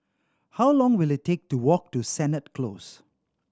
how long will it take to walk to Sennett Close